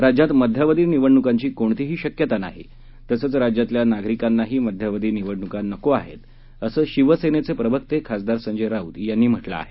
राज्यात मध्यावधी निवडणूकांची कोणतीही शक्यता नाही तसंच राज्यातल्या नागरिकांनाही मध्यावधी निवडणूका नको आहेत असं शिवसेनेचे प्रवक्ते खासदार संजय राऊत यांनी म्हटलं आहे